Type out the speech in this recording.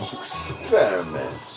experiment